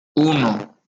uno